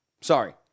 sorry